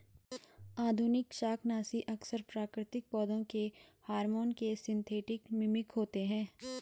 आधुनिक शाकनाशी अक्सर प्राकृतिक पौधों के हार्मोन के सिंथेटिक मिमिक होते हैं